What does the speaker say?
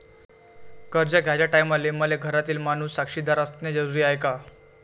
कर्ज घ्याचे टायमाले मले घरातील माणूस साक्षीदार असणे जरुरी हाय का?